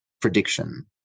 prediction